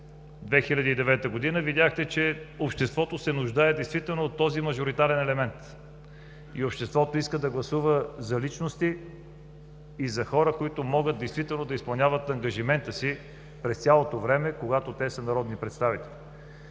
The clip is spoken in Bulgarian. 2009 г., видяхте, че обществото се нуждае действително от този мажоритарен елемент и то иска да гласува за личности и за хора, които могат действително да изпълняват ангажимента си през цялото време, когато те са народни представители.